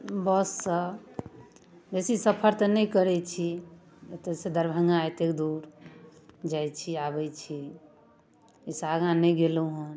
बससँ बेसी सफर तऽ नहि करै छी एतऽसँ दरभङ्गा एतेक दूर जाइ छी आबै छी एहिसँ आगाँ नहि गेलहुँ हँ